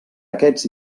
aquests